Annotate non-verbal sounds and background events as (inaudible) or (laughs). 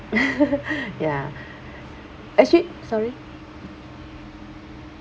(laughs) ya actually sorry